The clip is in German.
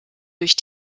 durch